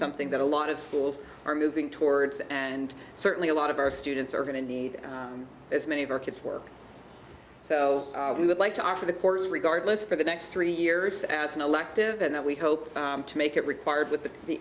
something that a lot of schools are moving towards and certainly a lot of our students are going to need as many of our kids work so we would like to offer the course regardless for the next three years as an elective and that we hope to make it required with the